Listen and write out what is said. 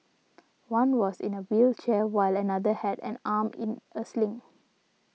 one was in a wheelchair while another had an arm in a sling